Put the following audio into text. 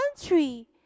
country